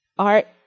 Art